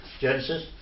Genesis